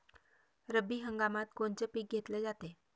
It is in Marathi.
रब्बी हंगामात कोनचं पिक घेतलं जाते?